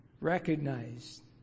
recognized